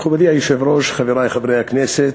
מכובדי היושב-ראש, חברי חברי הכנסת,